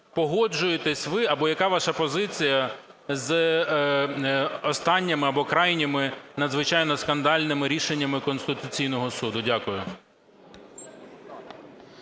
погоджуєтесь ви або яка ваша позиція з останніми, або крайніми, надзвичайно скандальними рішеннями Конституційного Суду? Дякую.